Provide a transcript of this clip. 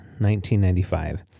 1995